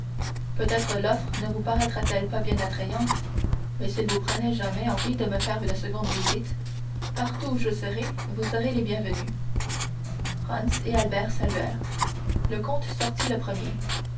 peut-être l'offre ne vous paraîtra t elle pas bien attrayante mais s'il vous prenait jamais envie de me faire une seconde visite partout où je serai vous serez les bienvenus franz et albert saluèrent le comte sortit le premier